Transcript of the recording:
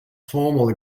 formal